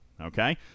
Okay